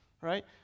right